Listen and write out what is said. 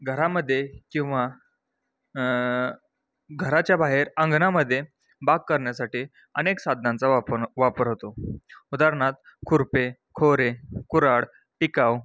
घरामध्ये किंवा घराच्या बाहेर अंगणामध्ये बाग करण्यासाठी अनेक साधनांचा वापन वापर होतो उदाहरणार्थ खुरपे खोरे कुऱ्हाड टिकाव